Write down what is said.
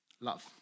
love